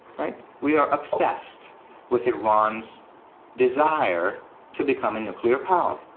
we are obsessed with iran's desire to become a nuclear power.